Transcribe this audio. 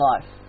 life